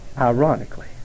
ironically